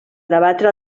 debatre